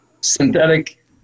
synthetic